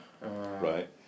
Right